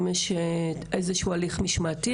האם יש איזה שהוא הליך משמעתי,